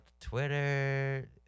twitter